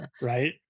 Right